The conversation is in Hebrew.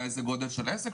באיזה גודל של עסק,